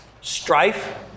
strife